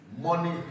Money